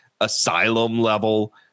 Asylum-level